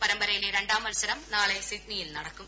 പരമ്പരയിലെ രണ്ടാം മത്സരം നാളെ സിഡ്നിയിൽ നടക്കും